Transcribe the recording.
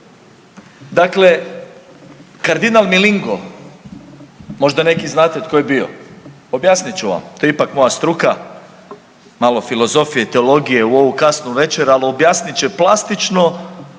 Dakle, kardinal Milingo možda neki znate tko je bio, objasnit ću vam, to je ipak moja struka, malo filozofije i teologije u ovu kasnu večer, al objasnit će plastično